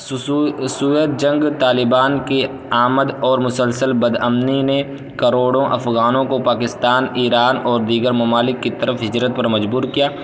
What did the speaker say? سو Soviet جنگ طالبان کے آمد اور مسلسل بدامنی نے کروڑوں افغانوں کو پاکستان ایران اور دیگر ممالک کی طرف ہجرت پر مجبور کیا